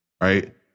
right